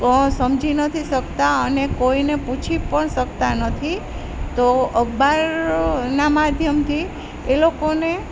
ક સમઝી નથી શકતા અને કોઈને પૂછી પણ શકતા નથી તો અખબારના માધ્યમથી એ લોકોને